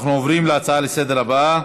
אנחנו עוברים להצעה לסדר-היום הבאה.